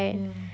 yeah